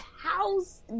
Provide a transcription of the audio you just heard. house